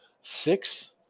six